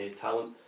talent